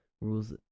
rules